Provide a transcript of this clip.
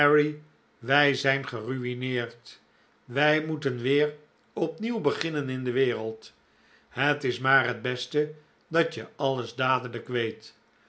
wij zijn gerui'neerd wij moeten weer opnieuw beginnen in de wereld het is maar het beste dat je alles dadelijk weet